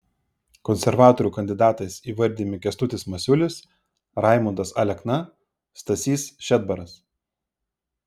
konservatorių kandidatais įvardijami kęstutis masiulis raimundas alekna stasys šedbaras